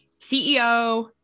CEO